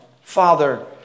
Father